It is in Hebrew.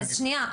אז שנייה,